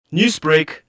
Newsbreak